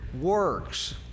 works